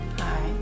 Hi